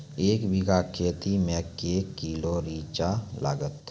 एक बीघा खेत मे के किलो रिचा लागत?